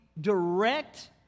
direct